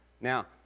Now